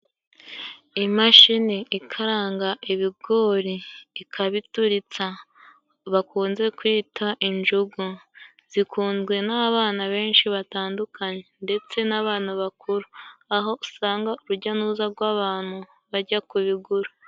Imashini ikaranga ibigori ikabituritsa bakunze kwita injugu, zikunzwe n'abana benshi batandukanye ndetse n'abantu bakuru, aho usanga urujya n'uruza rw'abantu bajya kubigura.